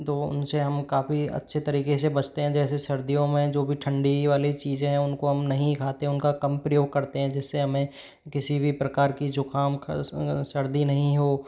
तो उनसे हम काफ़ी अच्छे तरीके से बचते हैं जैसे सर्दियों में जो भी ठंडी वाली चीज़ें हैं उनको हम नहीं खाते उनका कम प्रयोग करते हैं जिससे हमें किसी भी प्रकार की ज़ुकाम का स सर्दी नहीं हो